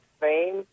fame